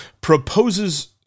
proposes